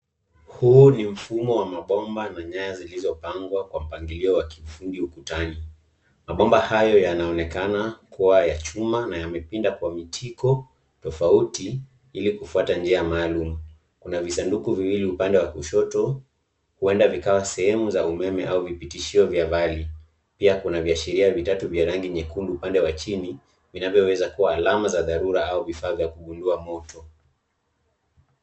Huu ni mfumo wa mabomba na nyaya zilizo pangwa kwa mpangilio wa kifundi ukutani. Mabomba hayo yanaonekana kuwa ya chuma na yamepinda kwa mitiko tofauti ili kufuata njia maalum, kuna visanduku viwili upande wa kushoto huenda vikawa sehemu za umeme au vipitishio vya vali pia kuna viashiria vitatu vya rangi nyekundu upande wa chini vinavyo weza kuwa alama za dharura au vifaa vya kugundua moto.